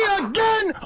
again